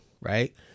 right